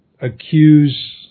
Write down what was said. accuse